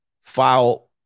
file